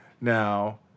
Now